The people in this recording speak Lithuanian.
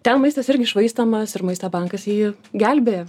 ten maistas irgi švaistomas ir maisto bankas jį gelbėja